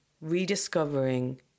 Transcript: rediscovering